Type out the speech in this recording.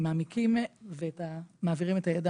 מעמיקים בנושא הזה ומעבירים את הידע